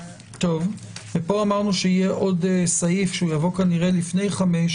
פה אמרנו שיהיה עוד סעיף שיבוא כנראה לפני פסקה (5),